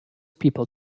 people